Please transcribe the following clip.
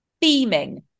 Beaming